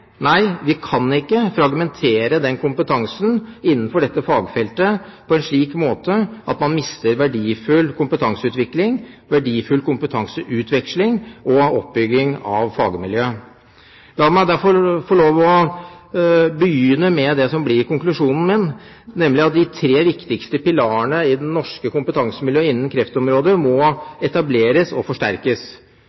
nei vi kan ikke fragmentere den kompetansen innenfor dette fagfeltet på en slik måte at man mister verdifull kompetanseutvikling, verdifull kompetanseutveksling og oppbygging av fagmiljø. La meg derfor få lov til å begynne med det som blir konklusjonen min, nemlig at de tre viktigste pilarene i det norske kompetansemiljøet innen kreftområdet må